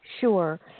Sure